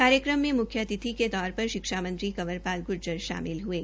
कार्यक्रम में मुख्य अतिथि के तौर पर शिक्षा मंत्री कंवर पाल गुर्जर शामिल हये